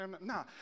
Nah